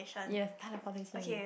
yes teleportation